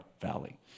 Valley